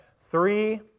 three